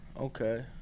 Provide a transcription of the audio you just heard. Okay